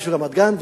ביקשו רמת-גן,